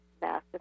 massive